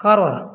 कार्वारा